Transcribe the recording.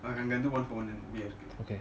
அங்க இருந்து:anga irunthu one for one beer கு:ku